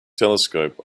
telescope